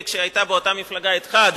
כשהיתה באותה מפלגה אתך,